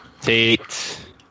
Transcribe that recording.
Tate